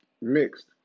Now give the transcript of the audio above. mixed